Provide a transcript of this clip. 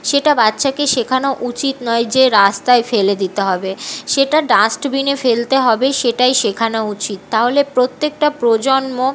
সেটা বাচ্চাকে শেখানো উচিত নয় যে রাস্তায় ফেলে দিতে হবে সেটা ডাস্টবিনে ফেলতে হবে সেটাই শেখানো উচিত তাহলে প্রত্যেকটা প্রজন্ম